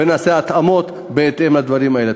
ונעשה התאמות בהתאם לדברים האלה.